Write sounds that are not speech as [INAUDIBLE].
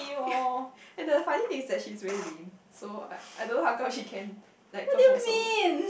[LAUGHS] and the funny thing is that she is very lame so I I don't know how come she can like perform so well